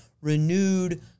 renewed